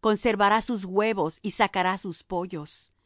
conservara sus huevos y sacará sus pollos